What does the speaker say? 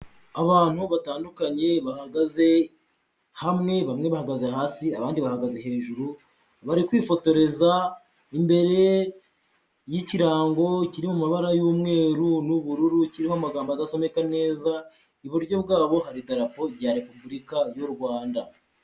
Abantu batandukanye bahagaze hamwe, bamwe bahagaze hasi, abandi bahagaze hejuru, bari kwifotoreza imbere y'ikirango kiri mu mabara y'umweru n'ubururu kiho amagambo adaboneka neza, iburyo bwabo hari idarapo ya Repubulika y'u Rwanda.